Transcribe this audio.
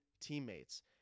teammates